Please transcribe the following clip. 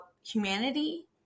humanity